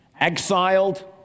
exiled